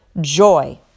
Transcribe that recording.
joy